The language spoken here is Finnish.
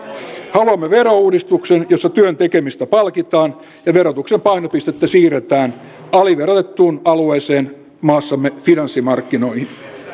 haluamme verouudistuksen jossa työn tekemisestä palkitaan ja verotuksen painopistettä siirretään aliverotettuun alueeseen maassamme finanssimarkkinoihin